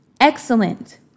Excellent